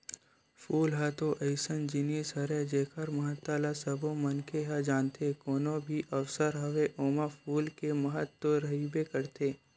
फूल ह तो अइसन जिनिस हरय जेखर महत्ता ल सबो मनखे ह जानथे, कोनो भी अवसर होवय ओमा फूल के महत्ता तो रहिबे करथे